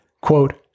quote